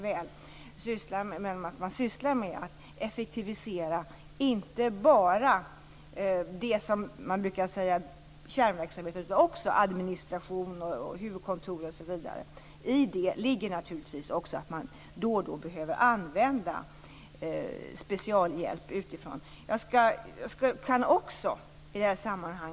I arbetet att effektivisera inte bara kärnverksamheten utan också administration, huvudkontor osv. ligger naturligtvis också att man då och då behöver använda specialhjälp utifrån. Men märk väl - man gör det inte sedan den här debatten uppkommit.